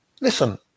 Listen